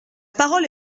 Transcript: parole